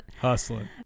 Hustling